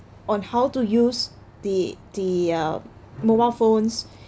on how to use the the uh mobile phones